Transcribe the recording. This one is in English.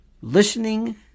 listening